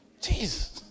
Jesus